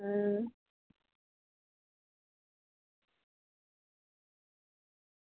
अं